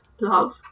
love